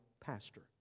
pastor